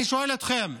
אני שואל אתכם.